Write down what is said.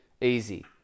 easy